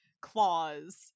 claws